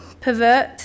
pervert